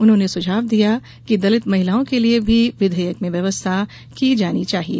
उन्होंने सुझाव दिया कि दलित महिलाओं के लिए भी विधेयक में व्यवस्था की जानी चाहिए